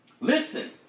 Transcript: Listen